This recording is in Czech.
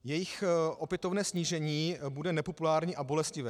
Jejich opětovné snížení bude nepopulární a bolestivé.